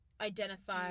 identify